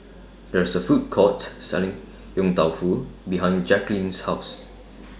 There IS A Food Court Selling Yong Tau Foo behind Jacqulyn's House